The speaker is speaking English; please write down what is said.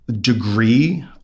degree